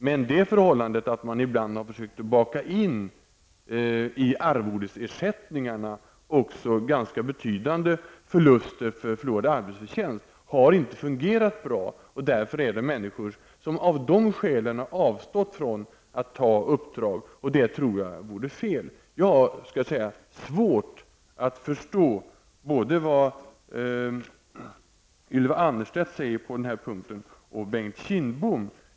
Men det förhållandet att man ibland har försökt att i arvodet baka in ganska betydande ersättning för förlorad arbetsförtjänst har inte fungerat bra. Därför har människor av det skälet avstått från att ta uppdrag, och det tycker jag är olyckligt. Jag har svårt att förstå vad både Ylva Annerstedt och Bengt Kindbom säger på den här punkten.